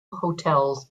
hotels